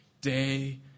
day